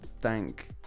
thank